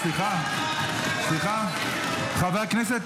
סליחה, חבר הכנסת